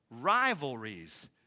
Rivalries